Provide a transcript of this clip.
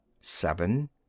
seven